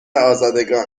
آزادگان